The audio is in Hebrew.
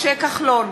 משה כחלון,